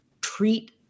treat